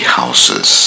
houses